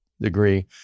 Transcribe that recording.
degree